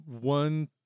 one